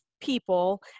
people